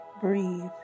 Breathe